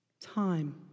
time